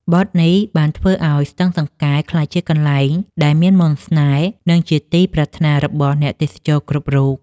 បទនេះបានធ្វើឱ្យស្ទឹងសង្កែក្លាយជាកន្លែងដែលមានមន្តស្នេហ៍ និងជាទីប្រាថ្នារបស់អ្នកទេសចរគ្រប់រូប។